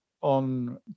on